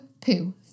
poo